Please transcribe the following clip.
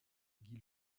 guy